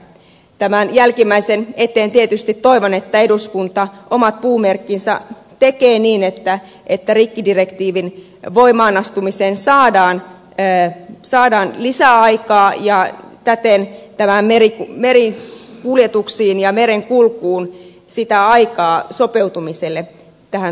tämän jälkimmäisen eteen tietysti toivon että eduskunta omat puumerkkinsä tekee niin että rikkidirektiivin voimaanastumiseen saadaan lisäaikaa ja täten merikuljetuksiin ja merenkulkuun aikaa sopeutumiselle tähän tulevaan